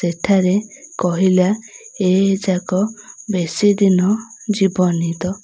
ସେଠାରେ କହିଲା ଏ ଯାକ ବେଶୀ ଦିନ ଯିବନି ତ